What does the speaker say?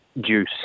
juice